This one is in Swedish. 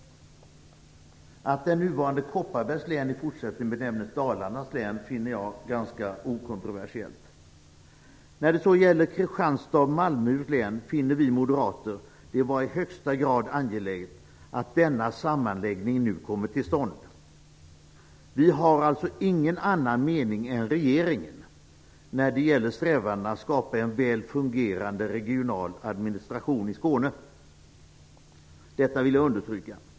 Att nuvarande Kopparbergs län i fortsättningen benämns Dalarnas län finner jag ganska okontroversiellt. När det gäller Kristianstads och Malmöhus län finner vi moderater det vara i högsta grad angeläget att denna sammanläggning nu kommer till stånd. Vi har alltså ingen annan mening än regeringen när det gäller strävandena att skapa en väl fungerande regional administration i Skåne. Detta vill jag understryka.